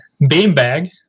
beanbag